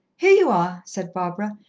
here you are, said barbara.